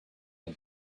had